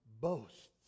boasts